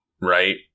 Right